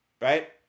right